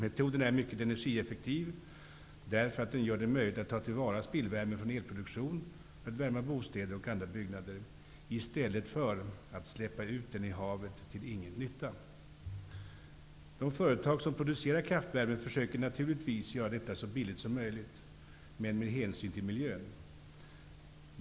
Metoden är mycket energieffektiv, därför att den gör det möjligt att ta till vara spillvärme från elproduktion för att värma upp bostäder och andra byggnader i stället för att släppa ut den i havet till ingen nytta. De företag, som producerar kraftvärme, försöker naturligtvis göra detta så billigt som möjligt, men med hänsyn till miljön.